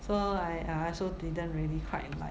so I I also didn't really quite like